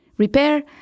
repair